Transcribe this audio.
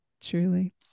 truly